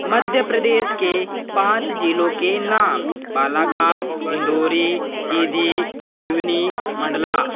मध्य प्रदेश के पाँच जिलों के नाम बालाघाट ढिंढोरी सीधी सिवनी मंडला